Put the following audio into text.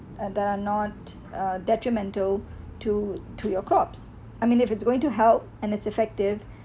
and there are not a detrimental to to your crops I mean if it's going to help and it's effective